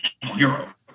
hero